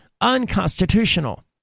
unconstitutional